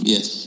Yes